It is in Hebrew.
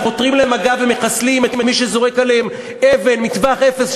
וחותרים למגע ומחסלים את מי שזורק עליהם אבן מטווח אפס,